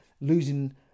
losing